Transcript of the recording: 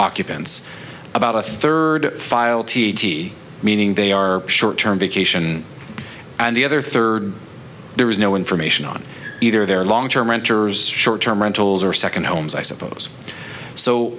occupants about a third filed meaning they are short term vacation and the other third there is no information on either their long term renters short term rentals or second homes i suppose so